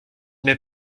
mets